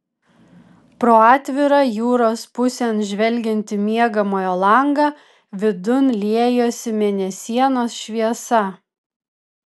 pro atvirą jūros pusėn žvelgiantį miegamojo langą vidun liejosi mėnesienos šviesa